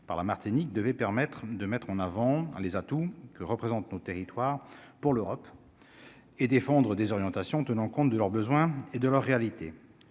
par la Martinique devait permettre de mettre en avant les atouts que représente nos territoires pour l'Europe et défendre désorientation, tenant compte de leurs besoins et de la réalité,